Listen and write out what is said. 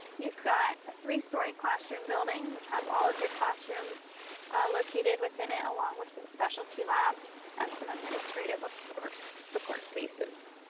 we've got a three-story classroom building, which has all of your classrooms located within it, along with some specialty labs and some administrative support support spaces.